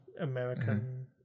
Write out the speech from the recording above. American